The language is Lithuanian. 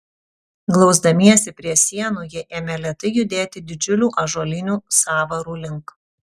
glausdamiesi prie sienų jie ėmė lėtai judėti didžiulių ąžuolinių sąvarų link